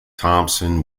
thompson